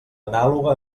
anàloga